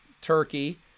Turkey